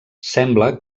sembla